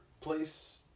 place